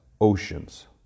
oceans